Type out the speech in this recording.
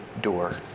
door